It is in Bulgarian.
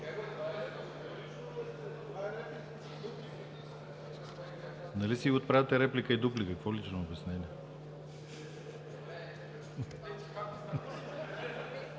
Нали си отправяте реплика и дуплика, какво лично обяснение?